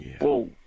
whoa